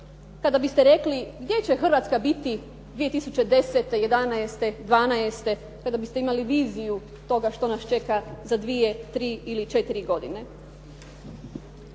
kada biste rekli gdje će Hrvatska biti 2010., '11., '12. te da biste imali viziju toga što nas čeka za dvije, tri ili četiri godine.